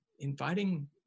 inviting